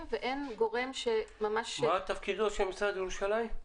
ואין גורם שממש --- מה תפקידו של משרד ירושלים?